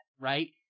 right